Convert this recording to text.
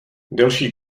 delší